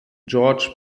george